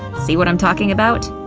see what i'm talking about?